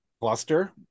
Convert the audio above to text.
cluster